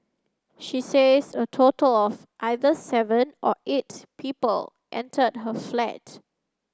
she says a total of either seven or eight people entered her flat